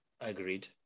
Agreed